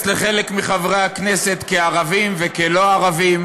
לחלק מחברי הכנסת כערבים וכלא-ערבים.